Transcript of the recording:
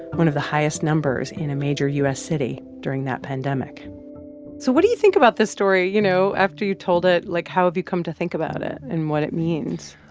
one of the highest numbers in a major u s. city during that pandemic so what do you think about this story? you know, after you've told it, like, how have you come to think about it and what it means?